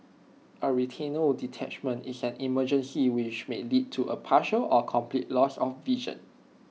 A retinal detachment is an emergency which may lead to A partial or complete loss of vision